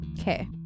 Okay